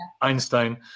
Einstein